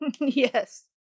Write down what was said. Yes